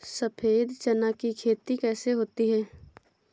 सफेद चना की खेती कैसे होती है?